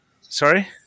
Sorry